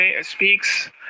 speaks